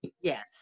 yes